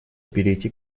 перейти